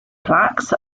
plaques